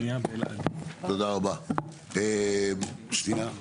תודה רבה, שנייה.